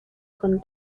con